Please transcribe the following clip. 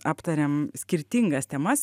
aptarėm skirtingas temas